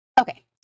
Okay